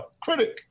critic